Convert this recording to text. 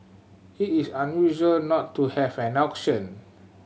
it is unusual not to have an auction